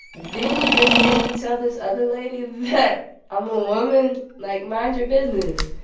didn't you just hear me tell this other lady that i'm a woman? like, mind your business.